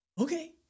Okay